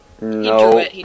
No